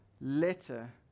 letter